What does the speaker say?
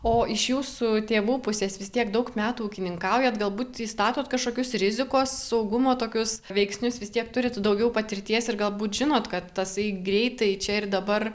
o iš jūsų tėvų pusės vis tiek daug metų ūkininkaujat galbūt įstatot kažkokius rizikos saugumo tokius veiksnius vis tiek turit daugiau patirties ir galbūt žinot tasai greitai čia ir dabar